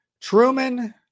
Truman